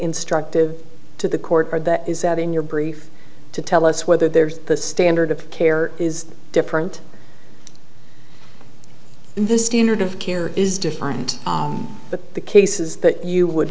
instructive to the court or that is that in your brief to tell us whether there's the standard of care is different than the standard of care is different but the cases that you would